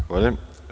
Zahvaljujem.